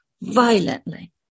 violently